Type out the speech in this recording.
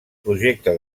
projecte